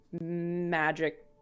magic